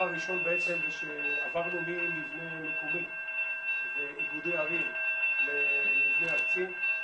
עברנו ממבנה איגודי ערים למבנה ארצי.